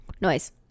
noise